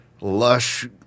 lush